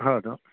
ಹೌದು